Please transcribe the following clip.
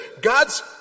God's